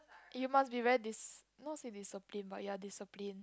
you must be very dis~ not say disciplined but ya disciplined